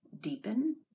deepen